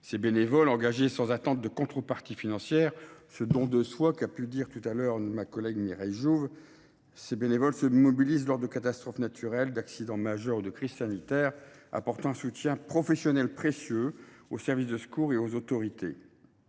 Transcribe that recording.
Ces bénévoles, engagés sans attente de contrepartie financière – ma collègue Mireille Jouve a parlé tout à l’heure de « don de soi »–, se mobilisent lors de catastrophes naturelles, d’accidents majeurs ou de crises sanitaires, apportant un soutien professionnel précieux aux services de secours et aux autorités.